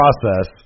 process